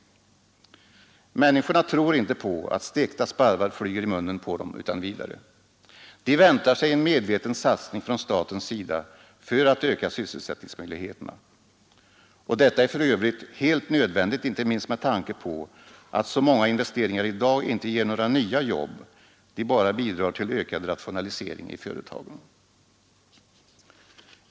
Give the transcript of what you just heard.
Människorna tror inte på att stekta sparvar flyger i munnen på dem utan vidare. De väntar sig en medveten satsning från statens sida för att öka sysselsättningsmöjligheterna. Detta är för övrigt helt nödvändigt inte minst med tanke på att så många investeringar i dag inte ger några nya jobb — de bara bidrar till ökad rationalisering i företagen.